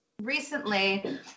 recently